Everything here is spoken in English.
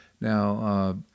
Now